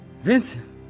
Vincent